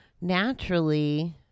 naturally